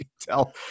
tell